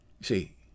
see